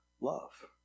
love